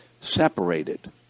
separated